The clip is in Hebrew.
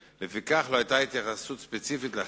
2009): קיימת תופעה של